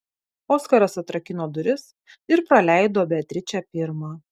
oskaras atrakino duris ir praleido beatričę pirmą